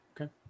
okay